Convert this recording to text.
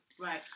Right